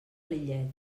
lillet